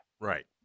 Right